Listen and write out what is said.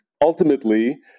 ultimately